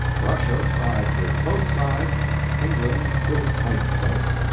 russia sides with both sides england will fight both!